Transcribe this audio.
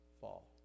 fall